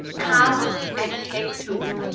come and take to.